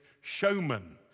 Showman